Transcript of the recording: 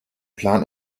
plan